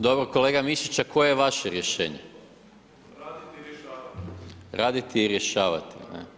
Dobro kolega Mišić, a koji je vaše rješenje? [[Upadica Mišić: Raditi i rješavati.]] Raditi i rješavati.